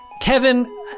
Kevin